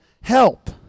help